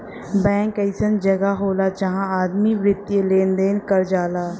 bank अइसन जगह होला जहां आदमी वित्तीय लेन देन कर जाला